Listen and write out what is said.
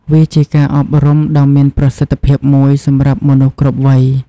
វាជាការអប់រំដ៏មានប្រសិទ្ធភាពមួយសម្រាប់មនុស្សគ្រប់វ័យ។